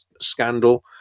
scandal